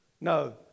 No